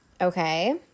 Okay